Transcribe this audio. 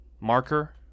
marker